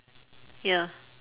ya